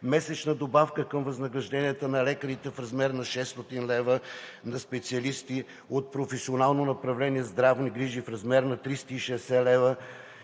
месечна добавка към възнагражденията на лекарите в размер на 600 лв.; на специалисти от професионално направление „Здравни грижи“ в размер на 360 лв.